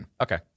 Okay